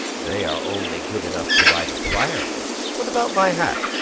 they are only good enough to light a fire with. what about my hat?